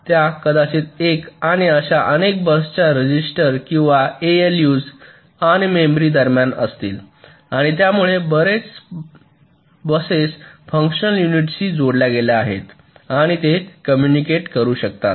त्या कदाचित 1 आणि अशा अनेक बसच्या रजिस्टर आणि एएलयू आणि मेमरी दरम्यान असतील आणि त्यामुळे बसेस बर्याच फंक्शनल युनिट्सशी जोडल्या गेल्या आहेत आणि ते कॉम्म्युनिकेट करू शकतात